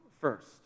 first